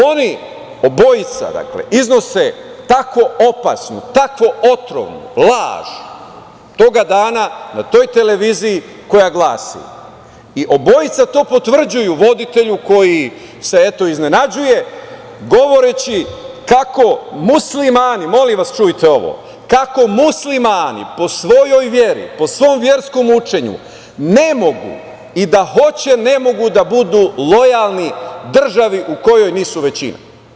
Oni, obojica dakle, iznose tako opasnu, tako otrovnu laž, toga dana na toj televiziji koja glasi i obojica to potvrđuju voditelju koji se eto iznenađuje, govoreći kako Muslimani po svojoj veri, po svom verskom učenju ne mogu i da hoće ne mogu da budu lojalni državi u kojoj nisu većina.